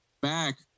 back